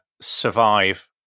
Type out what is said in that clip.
survive